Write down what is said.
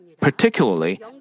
Particularly